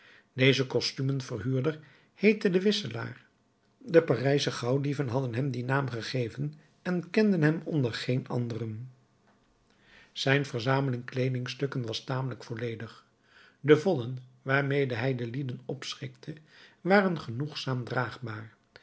deze costumen verhuurder heette de wisselaar de parijsche gauwdieven hadden hem dien naam gegeven en kenden hem onder geen anderen zijn verzameling kleedingstukken was tamelijk volledig de vodden waarmede hij de lieden opschikte waren genoegzaam draagbaar